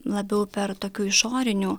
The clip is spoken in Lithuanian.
labiau per tokių išorinių